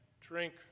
drink